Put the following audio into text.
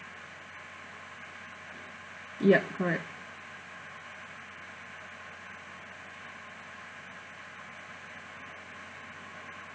yup correct